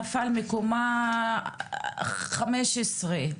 נפל מקומה חמש עשרה,